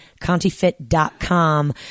contifit.com